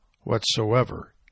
whatsoever